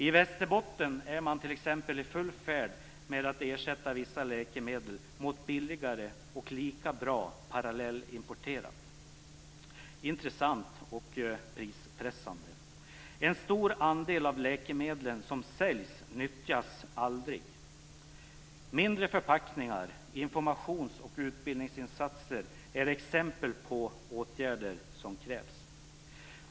I Västerbotten är man t.ex. i full färd med att ersätta vissa läkemedel med billigare och lika bra parallellimporterade. Det är intressant och prispressande. En stor andel av läkemedlen som säljs nyttjas aldrig. Mindre förpackningar, informations och utbildningsinsatser är exempel på åtgärder som krävs.